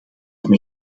mij